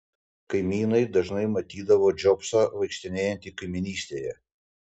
kaimynai dažnai matydavo džobsą vaikštinėjantį kaimynystėje